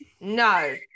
no